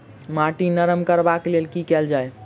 माटि नरम करबाक लेल की केल जाय?